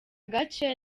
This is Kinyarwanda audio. gace